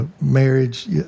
marriage